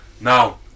Now